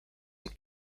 and